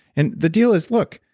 and the deal is, look,